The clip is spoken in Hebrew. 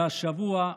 והשבוע,